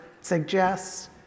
suggests